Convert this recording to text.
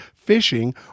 fishing